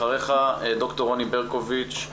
אחריך, ד"ר רוני ברקוביץ,